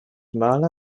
maler